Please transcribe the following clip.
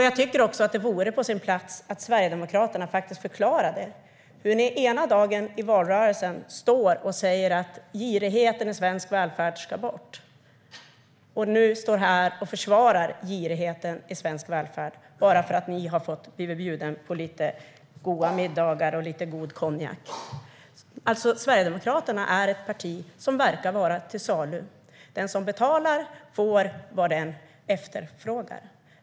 Jag tycker också att det vore på sin plats att Sverigedemokraterna förklarar hur de ena dagen i valrörelsen kan säga att girigheten i svensk välfärd ska bort för att sedan stå här och försvara girigheten i svensk välfärd bara för att de har blivit bjudna på goda middagar och god konjak. Sverigedemokraterna är ett parti som verkar vara till salu. Den som betalar får vad den efterfrågar.